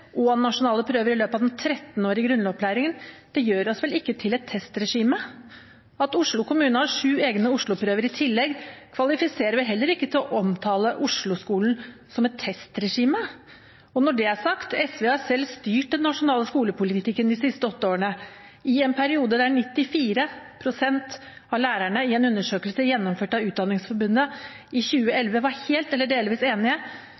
kartleggingsprøver og nasjonale prøver i løpet av den 13-årige grunnopplæringen, gjør oss vel ikke til et testregime? At Oslo kommune har sju egne Oslo-prøver i tillegg, kvalifiserer vel heller ikke til å omtale Oslo-skolen som et testregime? Og når det er sagt: SV har selv styrt den nasjonale skolepolitikken de siste åtte årene – i en periode der 94 pst. av lærerne i en undersøkelse gjennomført av Utdanningsforbundet i 2011 var helt eller delvis enige